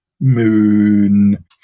moon